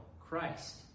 christ